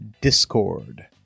Discord